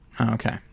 Okay